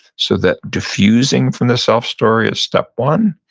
so that defusing from the self-story of step one,